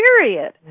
period